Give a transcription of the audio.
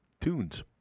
tunes